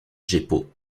jeppo